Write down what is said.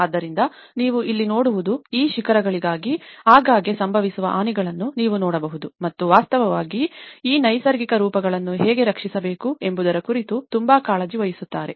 ಆದ್ದರಿಂದ ನೀವು ಇಲ್ಲಿ ನೋಡುವುದು ಈ ಶಿಖರಗಳಿಗೆ ಆಗಾಗ್ಗೆ ಸಂಭವಿಸುವ ಹಾನಿಗಳನ್ನು ನೀವು ನೋಡಬಹುದು ಮತ್ತು ವಾಸ್ತವವಾಗಿ ಈ ನೈಸರ್ಗಿಕ ರೂಪಗಳನ್ನು ಹೇಗೆ ರಕ್ಷಿಸಬೇಕು ಎಂಬುದರ ಕುರಿತು ತುಂಬಾ ಕಾಳಜಿ ವಹಿಸುತ್ತಾರೆ